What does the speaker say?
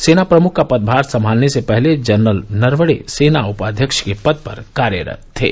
सेना प्रमुख का पदभार संभालने से पहले जनरल नरवणे सेना उपाध्यक्ष के पद पर कार्यरत थे